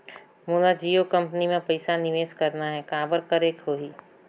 मोला जियो कंपनी मां पइसा निवेश करना हे, काबर करेके होही?